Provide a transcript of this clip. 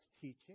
teaching